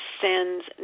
sends